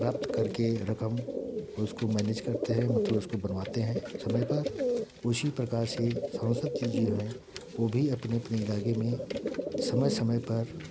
प्राप्त करके रक़म उसको मएनेज करते हैं मतलब उसको बनवाते हैं समय पर उसी प्रकार से सांसद जी जो हैं वो भी अपने अपने इलाक़े में समय समय पर